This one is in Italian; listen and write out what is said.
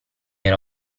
era